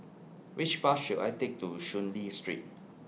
Which Bus should I Take to Soon Lee Street